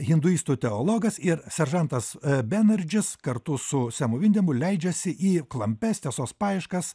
hinduistų teologas ir seržantas benardžis kartu su semu vindemu leidžiasi į klampias tiesos paieškas